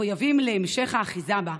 מחויבים להמשך האחיזה בה,